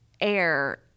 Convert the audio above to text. air